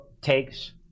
takes